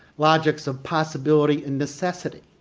logics of possibility and necessity,